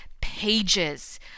pages